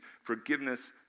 forgiveness